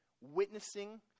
witnessing